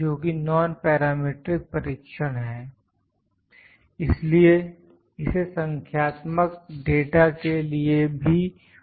जोकि नॉन्पैरामेट्रिक परीक्षण है इसलिए इसे संख्यात्मक डाटा के लिए भी उपयोग किया जा सकता है